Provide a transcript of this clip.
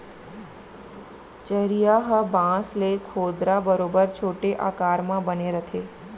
चरिहा ह बांस ले खोदरा बरोबर छोटे आकार म बने रथे